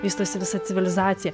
vystosi visa civilizacija